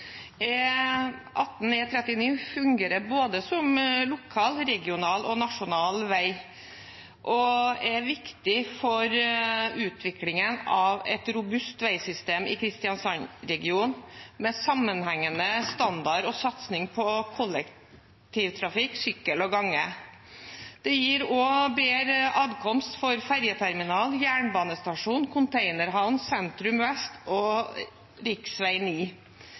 fungerer som både lokal, regional og nasjonal vei og er viktig for utviklingen av et robust veisystem i Kristiansands-regionen, med sammenhengende standard og satsing på kollektivtrafikk, sykkel og gange. Det gir også bedre adkomst for ferjeterminal, jernbanestasjon, containerhavn, sentrum vest og